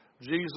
Jesus